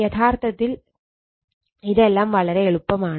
യഥാർത്ഥത്തിൽ ഇതെല്ലാം വളരെ എളുപ്പമാണ്